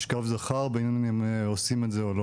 משכב זכר בין אם הם עושים את זה או לא